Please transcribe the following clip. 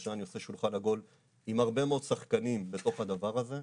שלושה אני עושה שולחן עגול עם הרבה מאוד שחקנים בתוך הדבר הזה.